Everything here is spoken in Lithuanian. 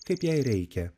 kaip jai reikia